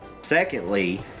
Secondly